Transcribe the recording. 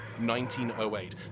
1908